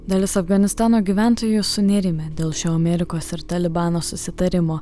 dalis afganistano gyventojų sunerimę dėl šio amerikos ir talibano susitarimo